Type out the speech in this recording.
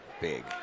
big